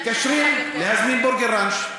מתקשרים להזמין מ"בורגראנץ'",